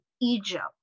Egypt